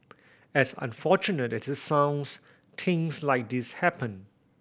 as unfortunate as it sounds things like this happen